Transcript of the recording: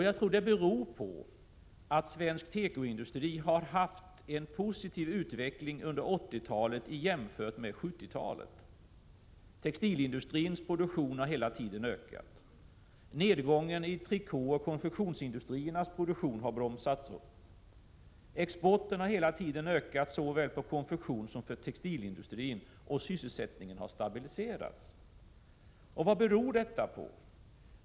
Jag tror att det beror på att svensk tekoindustri har haft en positiv utveckling under 80-talet jämfört med 70-talet. Textilindustrins produktion har hela tiden ökat. Nedgången i trikåoch konfektionsindustriernas produktion har bromsats upp. Exporten har hela tiden ökat, såväl för konfektionssom för textilindustrin, och sysselsättningen har stabiliserats. Vad beror detta på?